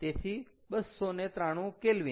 તેથી 293 K